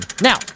now